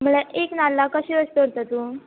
म्हळ्ळ्या एक नाल्ला कशे अश धरता तूं